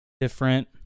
different